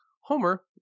Homer